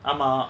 ஆமா:aama